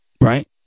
Right